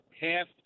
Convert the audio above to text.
half